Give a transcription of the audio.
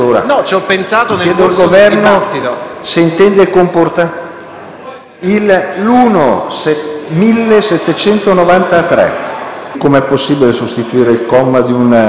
un comma e non è possibile sostituire il comma di una legge con un ordine del giorno.